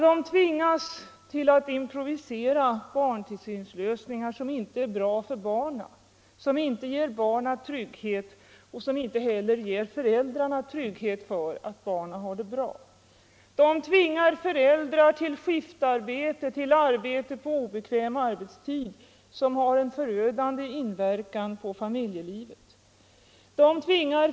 De tvingas att improvisera barntillsynslösningar som inte är bra för barnen, som inte ger barnen trygghet och som inte heller ger föräldrarna trygghet för att barnen har det bra. ildrar tvingas till skiftarbete på olika tider och till arbete på obekväm arbetstid, som har en förödande inverkan på familjelivet.